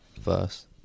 first